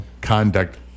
conduct